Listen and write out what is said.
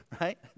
right